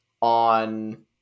on